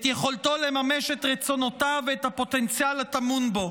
את יכולתו לממש את רצונותיו ואת הפוטנציאל הטמון בו.